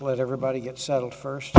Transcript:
let everybody get settled first